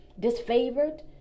disfavored